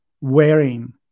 wearing